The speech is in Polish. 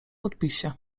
podpisie